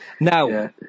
now